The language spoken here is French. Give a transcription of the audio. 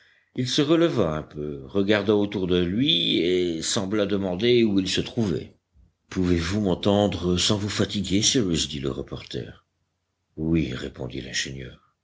il se releva un peu regarda autour de lui et sembla demander où il se trouvait pouvez-vous m'entendre sans vous fatiguer cyrus dit le reporter oui répondit l'ingénieur